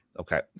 okay